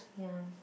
ya